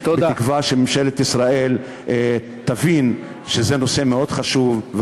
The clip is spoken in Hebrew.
בתקווה שממשלת ישראל תבין שזה נושא מאוד חשוב,